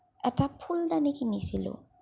এটা ফুলদানি কিনিছিলো